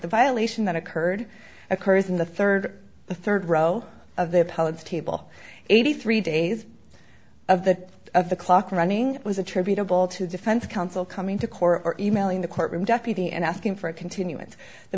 the violation that occurred occurs in the third the third row of the table eighty three days of the of the clock running was attributable to defense counsel coming to court or e mailing the courtroom deputy and asking for a continu